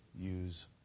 use